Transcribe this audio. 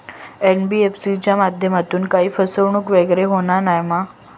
NBFC च्या माध्यमातून काही फसवणूक वगैरे होना नाय मा?